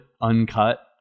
uncut